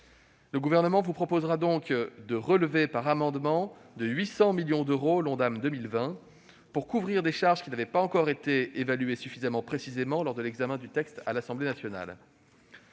Le Gouvernement vous proposera ainsi de relever par amendement de 800 millions d'euros l'Ondam 2020, pour couvrir des charges qui n'avaient pas encore pu être évaluées suffisamment précisément lors de l'examen du texte à l'Assemblée nationale.